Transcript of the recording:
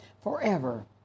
forever